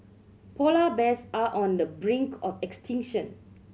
polar bears are on the brink of extinction